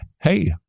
hey